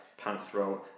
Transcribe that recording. panthro